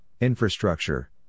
infrastructure